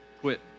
Quit